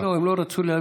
זה לא, הם לא רצו להבין.